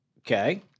Okay